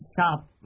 Stop